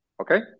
okay